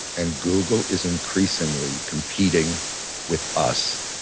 and google is increasingly competing with us,